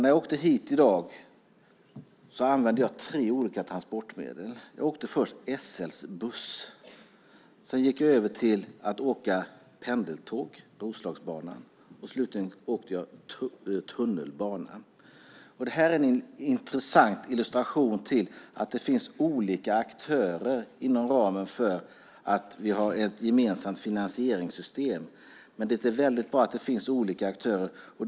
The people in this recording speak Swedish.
När jag åkte hit i dag använde jag tre olika transportmedel. Jag åkte först SL:s buss. Sedan gick jag över till att åka pendeltåg, Roslagsbanan. Slutligen åkte jag tunnelbana. Det är en intressant illustration till att det finns olika aktörer inom ramen för att vi har ett system för gemensam finansiering. Det är väldigt bra att det finns olika aktörer.